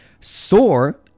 sore